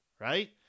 right